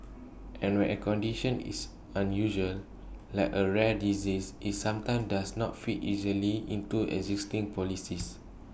and when A condition is unusual like A rare disease IT sometimes does not fit easily into existing policies